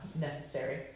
necessary